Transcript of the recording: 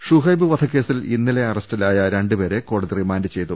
ഷുഹൈബ് വധക്കേസിൽ ഇന്നലെ അറസ്റ്റിലായ രണ്ടുപേരെ കോടതി റിമാന്റ് ചെയ്തു